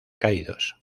caídos